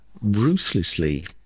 ruthlessly